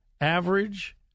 average